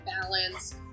balance